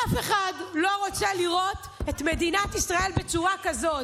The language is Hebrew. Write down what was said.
אף אחד לא רוצה לראות את מדינת ישראל בצורה כזאת.